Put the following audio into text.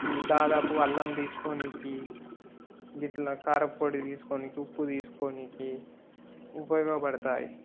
దాదాపు అల్లం తీసుకోడానికి ఇలా కారప్పొడి తీసుకోడానికి ఉప్పు తీసుకోడానికి ఉపయోగపడతాయి